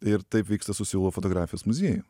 ir taip vyksta su seulo fotografijos muziejum